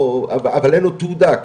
אבל אין לו תעודה,